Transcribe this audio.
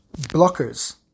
blockers